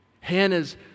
Hannah's